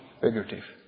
figurative